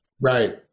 right